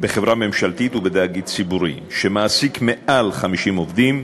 בחברה ממשלתית ובתאגיד ציבורי שמעסיק מעל 50 עובדים.